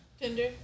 Tinder